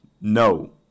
No